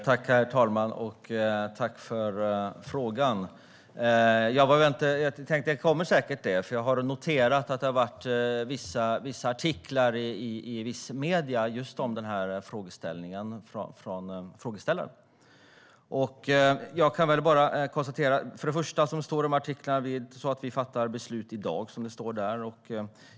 Herr talman! Tack, Helena Lindahl, för frågan! Jag tänkte att denna fråga säkert skulle komma, för jag har noterat att det har varit vissa artiklar från frågeställaren i medier om detta. Jag kan börja med att konstatera att det inte är så att vi fattar beslut i dag, som det står i artiklarna.